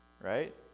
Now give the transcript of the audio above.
right